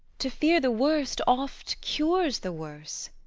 to fear the worst oft cures the worse.